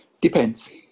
Depends